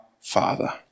Father